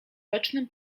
rocznym